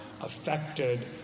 affected